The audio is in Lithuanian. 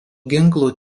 ginklų